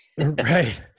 Right